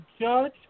Judge